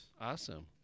Awesome